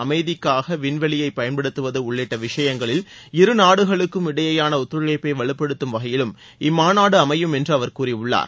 அமைதிக்காக விண்வெளியை பயன்படுத்தவது உள்ளிட்ட விஷயங்களில் இருநாடுகளுக்கும் இடையேயாள ஒத்துழைப்பை வலுப்படுத்தும் வகையிலும் இம்மாநாடு அமையும் என்று அவர் கூறியுள்ளார்